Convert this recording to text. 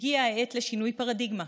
הגיעה העת לשינוי פרדיגמה: